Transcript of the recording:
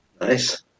Nice